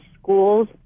school's